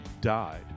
died